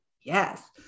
Yes